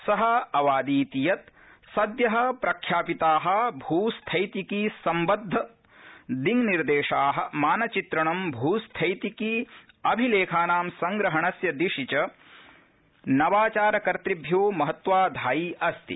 स आवादीत् यत् सद्य प्रख्यापिता भू स्थैतिकी सम्बद्ध दिन्निर्देशा मानचित्रणे भूस्थैतिकी अभिलेखानां संग्रहणस्य दिशि नवाचारकर्तभ्यो महत्वाधायी आस्ति